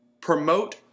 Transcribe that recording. Promote